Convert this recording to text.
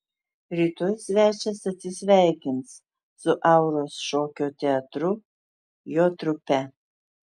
rytoj svečias atsisveikins su auros šokio teatru jo trupe